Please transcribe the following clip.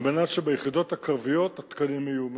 על מנת שביחידות הקרביות התקנים יהיו מלאים.